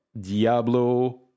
Diablo